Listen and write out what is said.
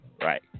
Right